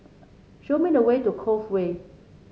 show me the way to Cove Way